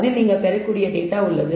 அதில் நீங்கள் பெறக்கூடிய டேட்டா உள்ளது